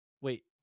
wait